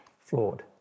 flawed